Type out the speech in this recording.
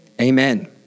Amen